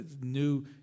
new